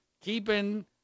keeping